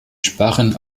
sparren